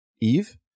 Eve